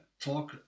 talk